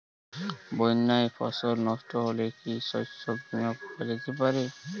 বন্যায় ফসল নস্ট হলে কি শস্য বীমা পাওয়া যেতে পারে?